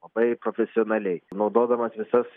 labai profesionaliai naudodamas visas